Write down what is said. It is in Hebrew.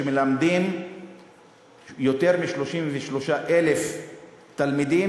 שמלמדים יותר מ-33,000 תלמידים.